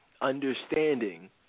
understanding